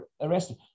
arrested